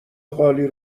قالی